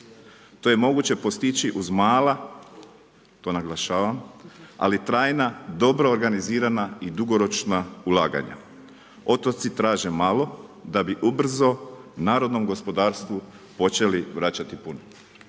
To je moguće postići uz mala, to naglašavam, ali trajna dobro organizirana i dugoročna ulaganja. Otoci traže male da bi ubrzo narodnom gospodarstvu počeli vraćati puno.